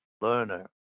learner